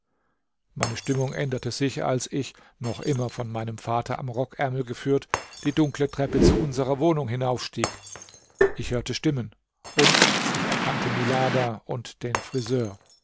meine stimmung änderte sich als ich noch immer von meinem vater am rockärmel geführt die dunkle treppe zu unserer wohnung hinaufstieg ich hörte stimmen und ich erkannte milada und den friseur